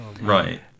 Right